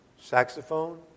saxophone